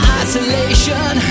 isolation